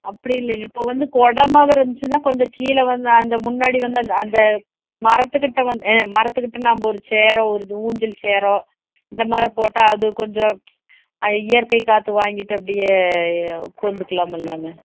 அப்படி இல்லைங்க இப்போது வந்து கொடை மாதிரி இருந்துச்சுன்னா கொஞ்சம் கீழே வந்து அந்த முன்னாடி வந்து அந்த அந்த மரத்துக்கிட்டே வந்து ஆ மரத்துக்கிட்டே நம்ம ஒரு சேரோ ஒரு இது ஊஞ்சல் சேரோ இந்தமாதிரி போட்டால் அது கொஞ்சம் இயற்கை காற்று வாங்கிகிட்டு அப்படியே உட்காந்துக்குலாமில்லங்க